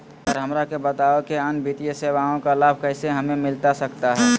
Sir हमरा के बताओ कि अन्य वित्तीय सेवाओं का लाभ कैसे हमें मिलता सकता है?